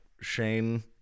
Shane